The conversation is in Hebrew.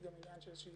של איזושהי